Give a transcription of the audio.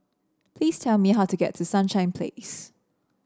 please tell me how to get to Sunshine Place